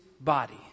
body